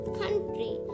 country